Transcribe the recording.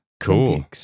cool